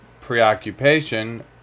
preoccupation